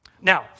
Now